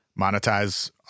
monetize